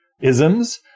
isms